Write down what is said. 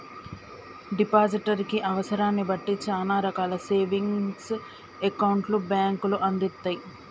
depositor కి అవసరాన్ని బట్టి చానా రకాల సేవింగ్స్ అకౌంట్లను బ్యేంకులు అందిత్తయ్